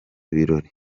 birori